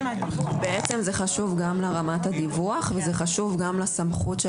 בעצם זה חשוב גם לרמת הדיווח וזה חשוב גם לסמכות של